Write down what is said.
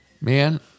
Man